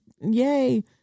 yay